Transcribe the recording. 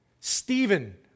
Stephen